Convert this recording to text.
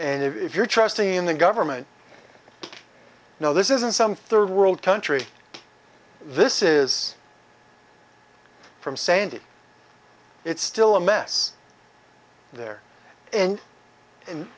and if you're trusting in the government no this isn't some third world country this is from sandy it's still a mess there and and